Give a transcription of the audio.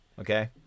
Okay